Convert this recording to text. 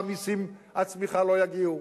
והמסים והצמיחה לא יגיעו,